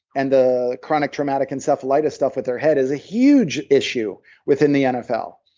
and the chronic traumatic encephalitis stuff with their head, is a huge issue within the nfl.